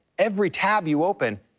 every tab you open,